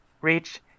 Reach